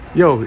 yo